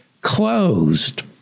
closed